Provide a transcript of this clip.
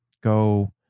Go